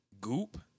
Goop